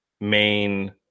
main